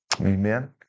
Amen